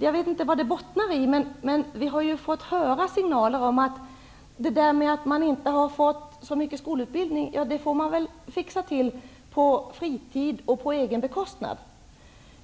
Jag vet inte vad det bottnar i, men vi har fått signaler om att de som inte har så mycket skolutbildning får fixa det på fritiden och på egen bekostnad.